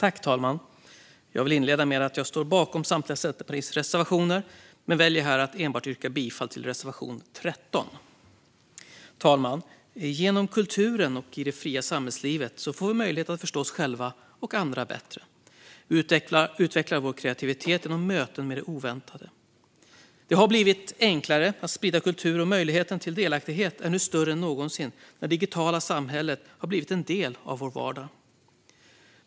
Fru talman! Jag vill inleda med att säga att jag står bakom samtliga Centerpartiets reservationer men väljer här att yrka bifall enbart till reservation 13. Fru talman! Genom kulturen och i det fria samhällslivet får vi möjlighet att förstå oss själva och andra bättre. Vi utvecklar vår kreativitet genom möten med det oväntade. Det har blivit enklare att sprida kultur, och möjligheten till delaktighet är nu större än någonsin när det digitala samhället har blivit en del av vår vardag.